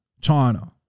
China